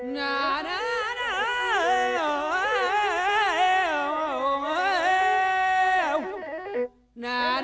no no no no no no